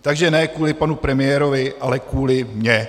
Takže ne kvůli panu premiérovi, ale kvůli mně.